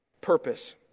purpose